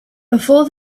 before